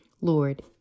Lord